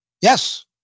Yes